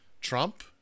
Trump